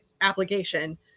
application